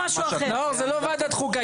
נאור, זה לא ועדת חוקה.